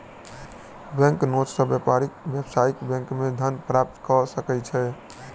bank note सॅ व्यापारी व्यावसायिक बैंक मे धन प्राप्त कय सकै छै